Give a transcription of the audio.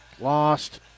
lost